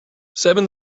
seven